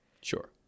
Sure